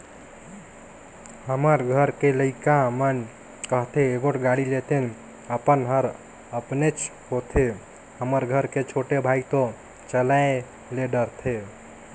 हमर घर के लइका मन कथें एगोट गाड़ी लेतेन अपन हर अपनेच होथे हमर घर के छोटे भाई तो चलाये ले डरथे